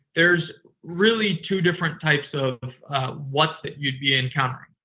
there's really two different types of whats that you'd be encountering.